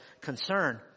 concern